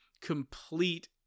complete